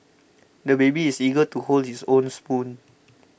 the baby is eager to hold his own spoon